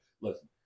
Listen